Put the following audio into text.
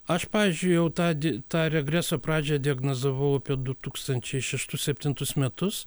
aš pavyzdžiui jau tą di tą regreso pradžią diagnozavau apie du tūkstančiai šeštus septintus metus